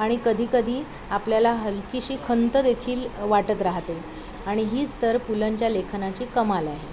आणि कधीकधी आपल्याला हलकीशी खंत देेखील वाटत राहते आणि हीच तर पुलंच्या लेखनाची कमाल आहे